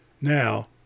Now